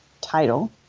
title